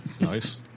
Nice